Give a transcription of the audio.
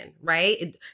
right